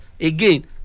again